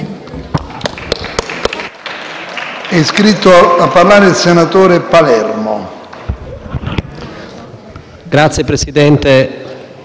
È iscritto a parlare il senatore Panizza.